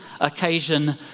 occasion